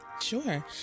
Sure